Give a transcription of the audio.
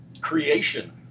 creation